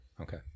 okay